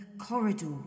corridor